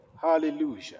hallelujah